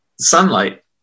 sunlight